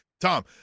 Tom